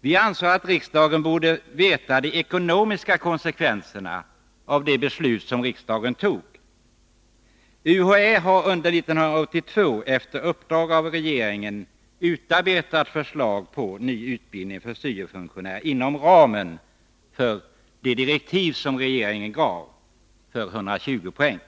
Vi ansåg även att riksdagen borde veta de ekonomiska konsekvenserna av sitt beslut. UHÄ har under 1982 på uppdrag av regeringen utarbetat förslag till ny utbildning för syo-funktionärer inom ramen för 120 poäng.